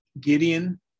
Gideon